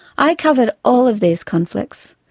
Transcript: i covered all of these conflicts,